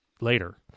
later